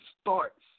starts